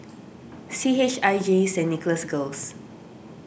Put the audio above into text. C H I J Saint Nicholas Girls